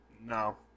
No